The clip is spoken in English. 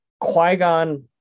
Qui-Gon